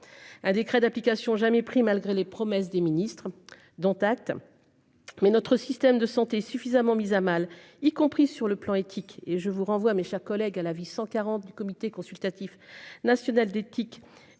Un décret d'application jamais pris, malgré les promesses des ministres dont acte. Mais notre système de santé suffisamment mise à mal, y compris sur le plan éthique et je vous renvoie, mes chers collègues, à la vie 140 du comité consultatif national d'éthique qui